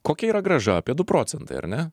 kokia yra grąža apie du procentai ar ne